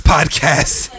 Podcast